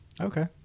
Okay